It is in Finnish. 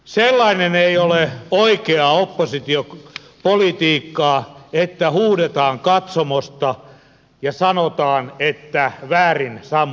sellainen ei ole oikeaa oppositiopolitiikkaa että huudetaan katsomosta ja sanotaan että väärin sammutettu